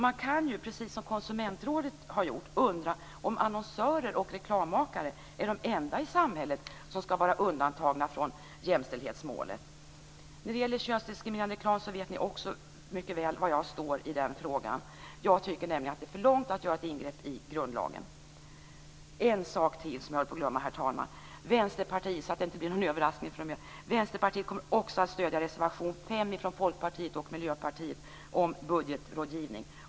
Man kan, liksom Sveriges konsumentråd, undra om annonsörer och reklammakare är de enda i samhället som skall vara undantagna från jämställdhetsmålet. När det gäller könsdiskriminerande reklam vet ni också mycket väl var jag står i den frågan. Jag tycker nämligen att det är att gå för långt att göra ett ingrepp i grundlagen. Herr talman! En sak till: Vänsterpartiet kommer också att stödja reservation nr 5 från Folkpartiet och Miljöpartiet om budgetrådgivning.